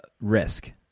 risk